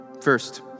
First